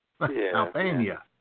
Albania